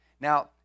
Now